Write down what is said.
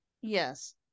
yes